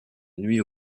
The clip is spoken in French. nuit